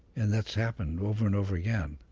and that's happened over and over again.